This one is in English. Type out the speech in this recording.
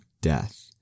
death